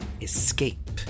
escape